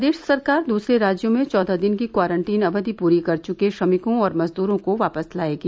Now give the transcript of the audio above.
प्रदेश सरकार दूसरे राज्यों में चौदह दिन की क्वारंटीन अवधि पूरा कर चुके श्रमिकों और मजदूरों को वापस लायेगी